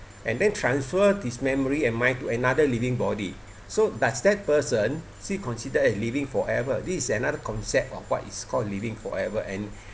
and then transfer his memory and mind to another living body so does that person still considered as living forever this is another concept of what is called living forever and